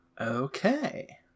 Okay